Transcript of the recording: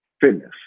fitness